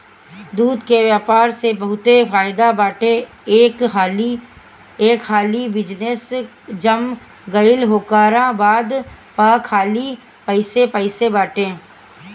दूध के व्यापार में बहुते फायदा बाटे एक हाली बिजनेस जम गईल ओकरा बाद तअ खाली पइसे पइसे बाटे